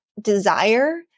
desire